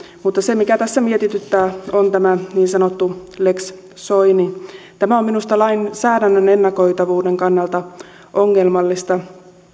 mutta se mikä tässä mietityttää on tämä niin sanottu lex soini tämä on minusta lainsäädännön ennakoitavuuden kannalta ongelmallista